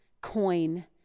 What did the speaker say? coin